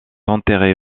enterré